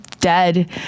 dead